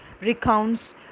recounts